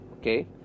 okay